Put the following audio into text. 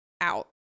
out